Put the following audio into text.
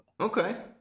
Okay